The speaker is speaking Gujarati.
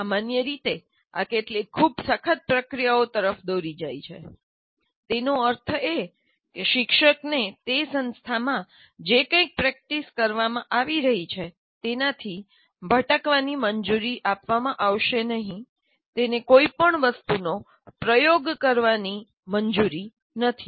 સામાન્ય રીતે આ કેટલીક ખૂબ સખત પ્રક્રિયાઓ તરફ દોરી જાય છે તેનો અર્થ એ કે શિક્ષકને તે સંસ્થામાં જે કંઇક પ્રેક્ટિસ કરવામાં આવી રહી છે તેનાથી ભટકાવવાની મંજૂરી આપવામાં આવશે નહીં તેને કોઈ પણ વસ્તુનો પ્રયોગ કરવાની મંજૂરી નથી